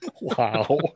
Wow